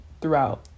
throughout